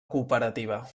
cooperativa